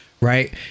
right